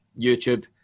YouTube